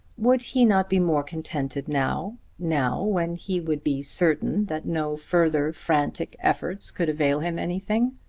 would he not be more contented now now, when he would be certain that no further frantic efforts could avail him anything.